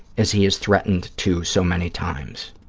as he has threatened to so many times.